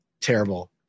terrible